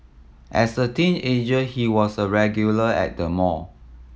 as a teenager he was a regular at the mall